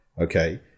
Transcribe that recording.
okay